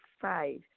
Five